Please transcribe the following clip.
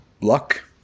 luck